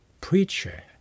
preacher